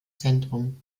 zentrum